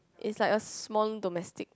is like a small domestic